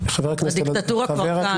הדיקטטורה כבר כאן.